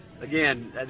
again